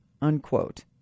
unquote